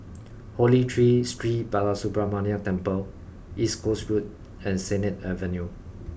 Holy Tree Sri Balasubramaniar Temple East Coast Road and Sennett Avenue